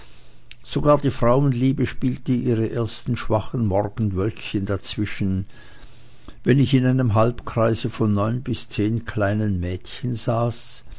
sogar die frauenliebe spielte ihre ersten schwachen morgenwölkchen dazwischen wenn ich in einem halbkreise von neun bis zehn kleinen mädchen saß